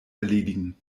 erledigen